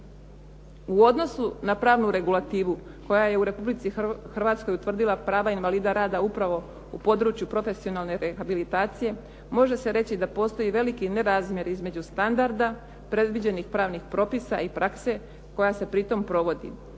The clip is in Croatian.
U odnosu na pravu regulativu koja je u Republici Hrvatskoj utvrdila prava invalida rada upravo u području profesionalne rehabilitacije, može se reći da postoji veliki nerazmjer između standarda, predviđenih pravnih propisa i prakse koja se pritom provodi.